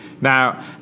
Now